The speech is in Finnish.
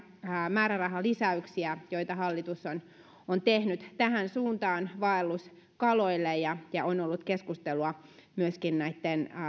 määrärahalisäyksiä joita hallitus on tehnyt tähän suuntaan vaelluskaloille ja ja on ollut keskustelua myöskin näitten